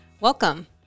welcome